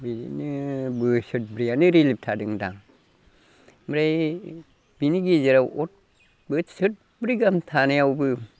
बेदिनो बोसोरब्रैआनो रिलिफ थादों दां ओमफ्राय बेनि गेजेराव बोसोरब्रै गाहाम थानायावबो